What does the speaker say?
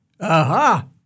Aha